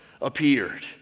appeared